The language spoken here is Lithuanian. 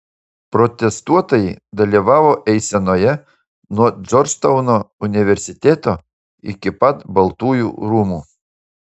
protestuotojai dalyvavo eisenoje nuo džordžtauno universiteto iki pat baltųjų rūmų